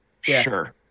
sure